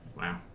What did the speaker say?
Wow